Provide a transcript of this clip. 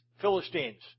Philistines